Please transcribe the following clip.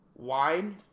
Wine